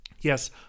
Yes